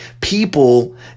people